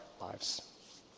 lives